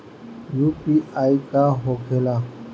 UPI का होखेला?